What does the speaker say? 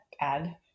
add